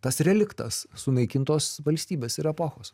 tas reliktas sunaikintos valstybės ir epochos